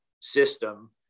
system